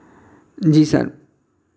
जी sir